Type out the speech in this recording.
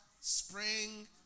spring